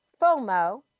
FOMO